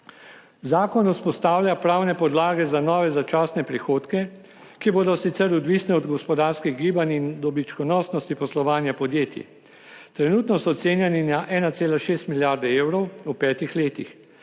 Zakon vzpostavlja pravne podlage za nove začasne prihodke, ki bodo sicer odvisni od gospodarskih gibanj in dobičkonosnosti poslovanja podjetij. Trenutno so ocenjeni na 1,6 milijarde evrov v petih letih.